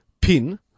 pin